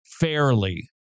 fairly